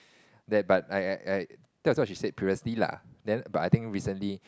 there but I I I that was what she said previously lah then but I think recently